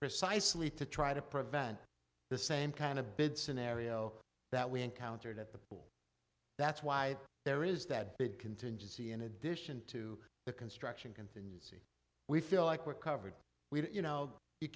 precisely to try to prevent the same kind of bid scenario that we encountered at the pool that's why there is that big contingency in addition to the construction can we feel like we're covered we don't you know you